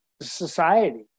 society